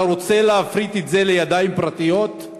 אתה רוצה להפריט את זה לידיים פרטיות?